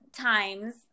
times